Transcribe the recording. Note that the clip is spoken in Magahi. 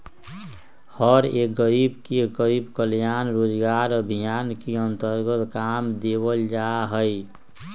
हर एक गरीब के गरीब कल्याण रोजगार अभियान के अन्तर्गत काम देवल जा हई